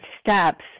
steps